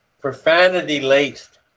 profanity-laced